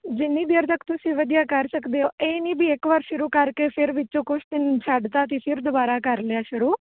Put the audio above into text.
ਜਿੰਨੀ ਦੇਰ ਤੱਕ ਤੁਸੀਂ ਵਧੀਆ ਕਰ ਸਕਦੇ ਹੋ ਇਹ ਨਹੀਂ ਵੀ ਇੱਕ ਵਾਰ ਸ਼ੁਰੂ ਕਰਕੇ ਫਿਰ ਵਿੱਚੋਂ ਕੁਝ ਦਿਨ ਛੱਡਤਾ ਅਤੇ ਫਿਰ ਦੁਬਾਰਾ ਕਰ ਲਿਆ ਸ਼ੁਰੂ